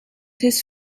his